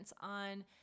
on